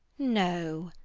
no,